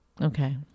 Okay